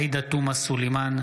עאידה תומא סלימאן,